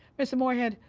mr. moore head,